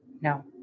No